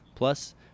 Plus